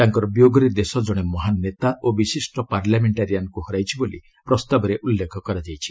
ତାଙ୍କର ବିୟୋଗରେ ଦେଶ ଜଣେ ମହାନ୍ ନେତା ଓ ବିଶିଷ୍ଟ ପାର୍ଲାମେଣ୍ଟାରିଆନ୍ଙ୍କୁ ହରାଛି ବୋଲି ପ୍ରସ୍ତାବରେ ଉଲ୍ଲେଖ କରାଯାଇଛି